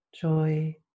joy